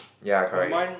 ya correct